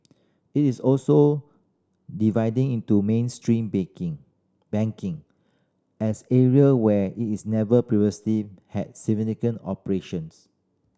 it is also dividing into Main Street baking banking as area where it's never previously had significant operations